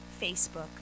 facebook